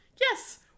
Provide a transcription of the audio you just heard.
Yes